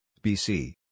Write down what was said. BC